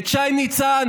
את שי ניצן,